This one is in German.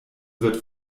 wird